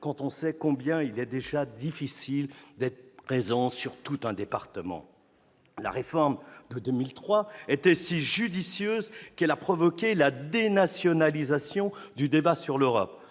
qui savent combien il est difficile d'être présent sur tout un département ! La réforme de 2003 était si judicieuse qu'elle a provoqué la dénationalisation du débat sur l'Europe.